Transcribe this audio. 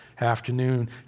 afternoon